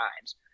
times